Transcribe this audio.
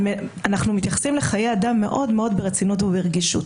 אנחנו מתייחסים לחיי אדם מאוד ברצינות וברגישות